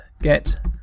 Get